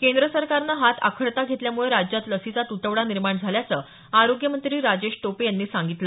केंद्र सरकारनं हात आखडता घेतल्यामुळे राज्यात लसीचा तुटवडा निर्माण झाल्याचं आरोग्य मंत्री राजेश टोपे यांनी सांगितलं